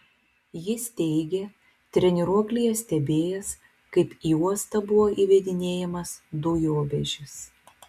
jis teigė treniruoklyje stebėjęs kaip į uostą buvo įvedinėjamas dujovežis